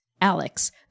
Alex